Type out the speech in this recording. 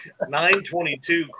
922